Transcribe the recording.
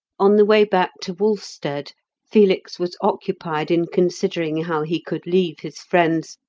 on the way back to wolfstead felix was occupied in considering how he could leave his friends,